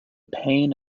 pain